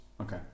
Okay